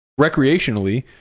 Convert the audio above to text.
recreationally